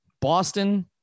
Boston